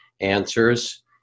answers